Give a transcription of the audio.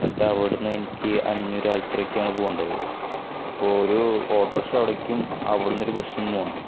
എന്നിട്ട് അവിടെ നിന്ന് എനിക്ക് അഞ്ഞുരാൽത്രക്കാണ് പോവേണ്ടത് അപ്പോൾ ഒരു ഓട്ടോറിക്ഷ അവിടേക്കും അവിടെ നിന്ന് ഒരു ബസും പോകണം